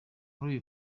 muri